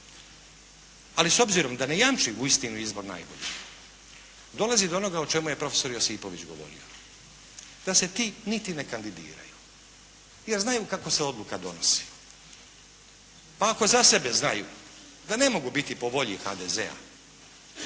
ali s obzirom da ne jamči uistinu izbor najboljih, dolazi do onoga o čemu je profesor Josipović govorio, da se ti niti ne kandidiraju jer znaju kako se odluka donosi. Pa, ako za sebe znaju da ne mogu biti po volji HDZ-a